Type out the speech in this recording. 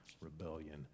rebellion